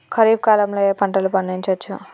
ఖరీఫ్ కాలంలో ఏ ఏ పంటలు పండించచ్చు?